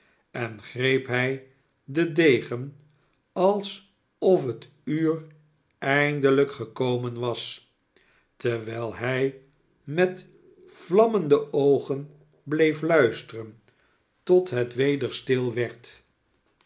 en g'reep hij zijn degen alsof het uur eindelijk gekomen was terwijl hij met vlammende oogen bleef luisteren tot het weder stil de